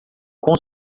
com